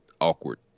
awkward